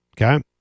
Okay